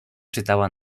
czytała